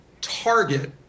target